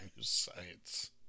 science